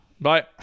Bye